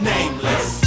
Nameless